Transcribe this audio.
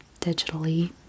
digitally